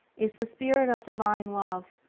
is the spirit of divine love,